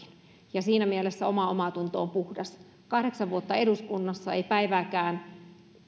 ja siinä mielessä oma omatunto on puhdas kahdeksan vuotta eduskunnassa ei päivääkään